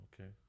Okay